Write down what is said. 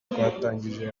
twatangije